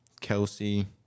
Kelsey